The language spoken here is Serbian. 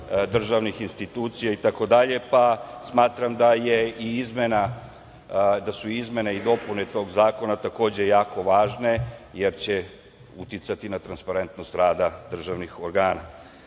državnih institucija itd, pa smatram da su i izmene i dopune tog zakona takođe jako važne, jer će uticati na transparentnost rada državnih organa. Vidimo,